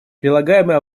прилагаемые